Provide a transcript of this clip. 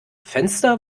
fenster